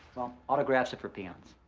autographs are for peons.